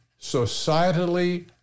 societally